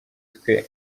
twe